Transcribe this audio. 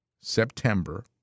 September